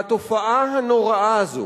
והתופעה הנוראה הזאת